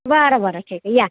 बरं बरं ठीक आहे या